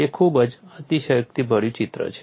તે ખૂબ જ અતિશયોક્તિભર્યું ચિત્ર છે